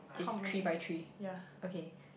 is three by three okay